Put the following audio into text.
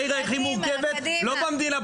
העיר הכי מורכבת לא במדינה,